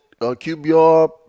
QBR